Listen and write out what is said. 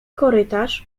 korytarz